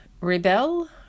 rebel